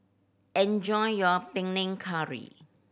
enjoy your Panang Curry